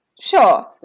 Sure